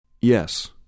Yes